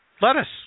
lettuce